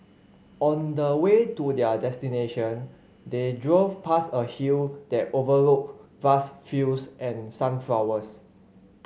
on the way to their destination they drove past a hill that overlooked vast fields and sunflowers